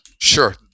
Sure